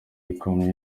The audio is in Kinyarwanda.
yikomye